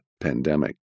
pandemic